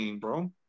bro